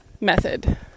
method